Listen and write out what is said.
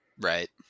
Right